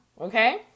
Okay